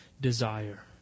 desire